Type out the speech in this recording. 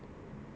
we didn't